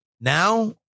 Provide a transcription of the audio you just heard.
now